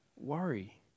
worry